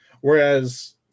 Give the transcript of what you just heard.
Whereas